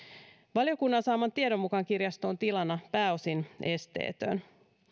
valiokunnan saaman tiedon mukaan kirjasto on tilana pääosin esteetön